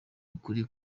ukuri